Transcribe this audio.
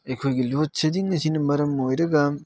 ꯑꯩꯈꯣꯏꯒꯤ load shedding ꯑꯁꯤꯅ ꯃꯔꯝ ꯑꯣꯏꯔꯒ